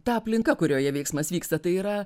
ta aplinka kurioje veiksmas vyksta tai yra